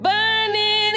Burning